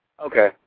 Okay